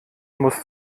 muss